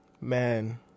Man